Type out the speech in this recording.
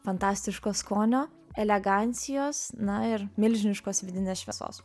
fantastiško skonio elegancijos na ir milžiniškos vidinės šviesos